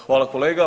Hvala kolega.